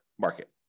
market